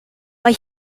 mae